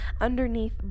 underneath